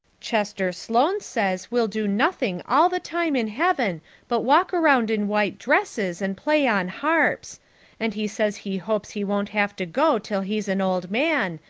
chester sloane says we'll do nothing all the time in heaven but walk around in white dresses and play on harps and he says he hopes he won't have to go till he's an old man,